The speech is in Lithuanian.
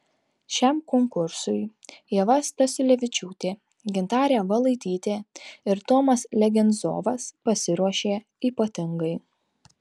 šiam konkursui ieva stasiulevičiūtė gintarė valaitytė ir tomas legenzovas pasiruošė ypatingai